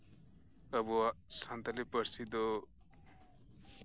ᱟᱵᱚᱣᱟᱜ ᱥᱟᱱᱛᱟᱞᱤ ᱯᱟᱹᱨᱥᱤ ᱫᱚ